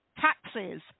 taxes